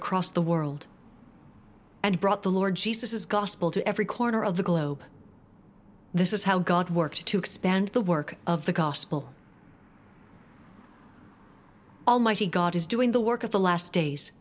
across the world and brought the lord jesus as gospel to every corner of the globe this is how god worked to expand the work of the gospel almighty god is doing the work of the last days